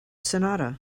sonata